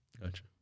Gotcha